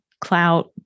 clout